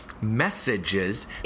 messages